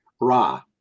ra